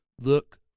look